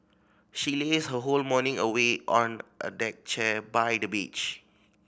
she lazed her whole morning away on a deck chair by the beach